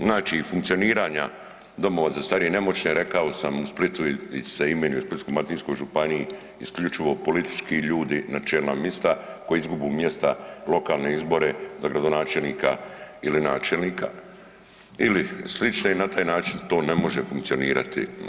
Što se tiče funkcioniranja domova za starije i nemoćne, rekao sam u Splitu se imenuje u Splitsko-dalmatinskoj županiji isključivo politički ljudi na čelna mjesta, ko izgube mjesta lokalne izbore za gradonačelnika ili načelnika ili slične i na taj način to ne može funkcionirati.